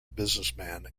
businessman